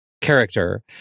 character